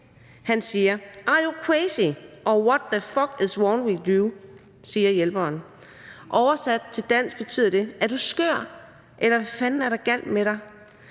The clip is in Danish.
et citat: Are you crazy or what the fuck is wrong with you? Det siger hjælperen. Oversat til dansk betyder det: Er du skør, eller hvad fanden er der galt med dig?